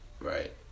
right